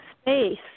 space